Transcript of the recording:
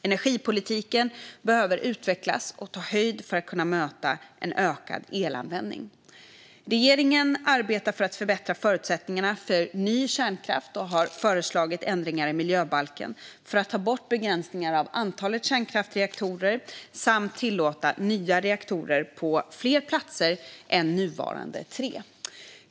Energipolitiken behöver utvecklas och ta höjd för att kunna möta en ökad elanvändning. Regeringen arbetar för att förbättra förutsättningarna för ny kärnkraft och har föreslagit ändringar i miljöbalken för att ta bort begränsningen av antalet kärnkraftsreaktorer samt tillåta nya reaktorer på fler platser än nuvarande tre.